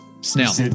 Snell